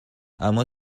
اما